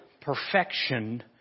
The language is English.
perfection